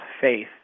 faith